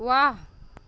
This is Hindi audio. वाह